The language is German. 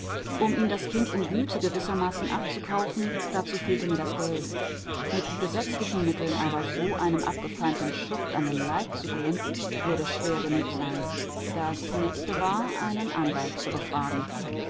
um ihm das kind in güte gewissermaßen abzukaufen dazu fehlte mir das geld mit gesetzlichen mitteln aber so einem abgefeimten schuft an den leib zu gehen würde schwer genug sein das nächste war einen anwalt zu befragen